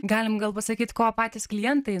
galim gal pasakyt ko patys klientai